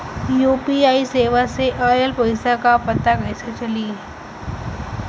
UPI सेवा से ऑयल पैसा क पता कइसे चली?